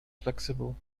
flexible